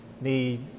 need